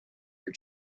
her